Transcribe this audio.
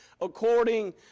according